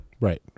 Right